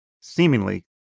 seemingly